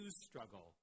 struggle